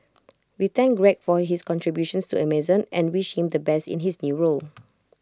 we thank Greg for his contributions to Amazon and wish him the best in his new role